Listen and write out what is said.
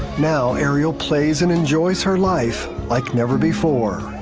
now ariel plays and enjoys her life like never before.